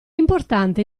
importante